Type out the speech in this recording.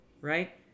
right